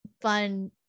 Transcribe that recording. fun